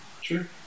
sure